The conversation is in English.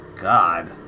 God